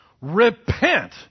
Repent